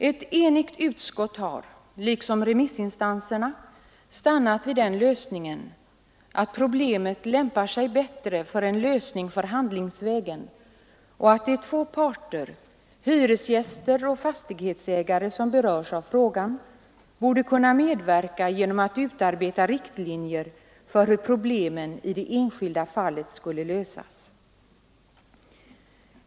Ett enigt utskott har liksom remissinstanserna funnit att problemet lämpar sig bättre för en lösning förhandlingsvägen och att de två parter, hyresgäster och fastighetsägare, som berörs av frågan, borde kunna medverka genom att utarbeta riktlinjer för hur problemen i det enskilda fallet skulle lösas.